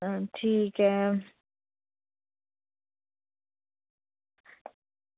ठीक ऐ